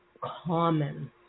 common